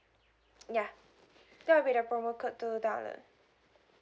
ya that will be the promo code to download